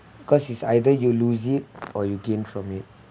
cause it's either you lose it or you gain from it